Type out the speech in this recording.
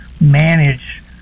manage